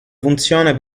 funzione